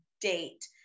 date